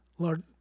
Lord